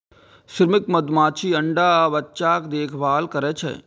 श्रमिक मधुमाछी अंडा आ बच्चाक देखभाल करै छै